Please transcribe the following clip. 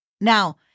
Now